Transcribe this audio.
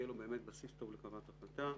יהיה לו בסיס טוב לקבלת החלטה.